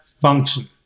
function